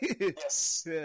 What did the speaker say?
Yes